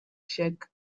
czech